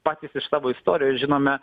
patys iš savo istorijos žinome